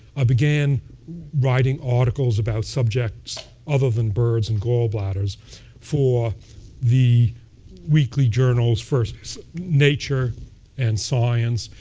i began writing articles about subjects other than birds and gall bladders for the weekly journals, first nature and science.